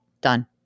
done